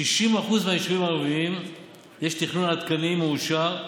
ל-60% מהיישובים הערביים יש תכנון עדכני מאושר,